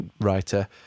writer